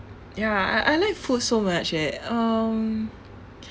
ya I I like food so much that um